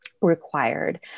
required